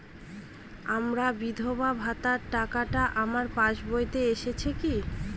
আমার বিধবা ভাতার টাকাটা আমার পাসবইতে এসেছে কি?